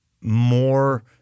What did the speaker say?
more